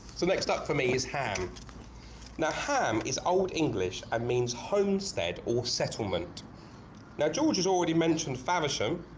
so next up for me is ham now ham is old english and means homestead or settlement now george is already mentioned faversham